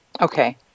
Okay